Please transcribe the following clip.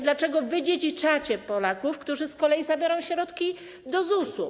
Dlaczego wydziedziczacie Polaków, którzy z kolei zabiorą środki do ZUS-u?